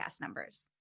numbers